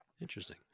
Interesting